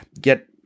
get